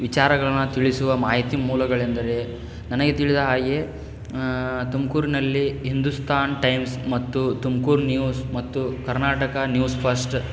ವಿಚಾರಗಳನ್ನ ತಿಳಿಸುವ ಮಾಹಿತಿ ಮೂಲಗಳೆಂದರೆ ನನಗೆ ತಿಳಿದ ಹಾಗೆ ತುಮಕೂರಿನಲ್ಲಿ ಹಿಂದೂಸ್ತಾನ್ ಟೈಮ್ಸ್ ಮತ್ತು ತುಮ್ಕೂರ್ ನ್ಯೂಸ್ ಮತ್ತು ಕರ್ನಾಟಕ ನ್ಯೂಸ್ ಫಸ್ಟ